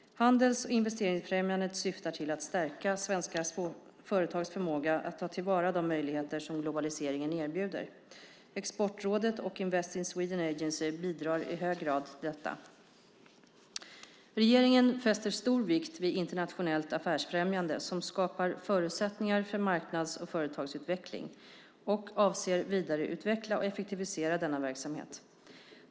Handels och investeringsfrämjandet syftar till att stärka svenska företags förmåga att ta till vara de möjligheter som globaliseringen erbjuder; Exportrådet och Invest in Sweden Agency bidrar i hög grad till detta. Regeringen fäster stor vikt vid internationellt affärsfrämjande som skapar förutsättningar för marknads och företagsutveckling, och avser att vidareutveckla och effektivisera denna verksamhet.